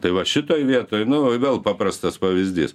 tai vat šitoj vietoj nu vėl paprastas pavyzdys